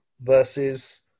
versus